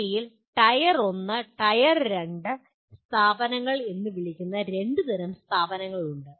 ഇന്ത്യയിൽ നിങ്ങൾക്ക് tier 1 tier 2 സ്ഥാപനങ്ങൾ എന്ന് വിളിക്കുന്ന രണ്ട് തരം സ്ഥാപനങ്ങളുണ്ട്